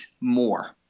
more